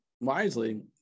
wisely